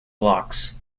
blocks